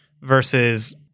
versus